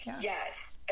yes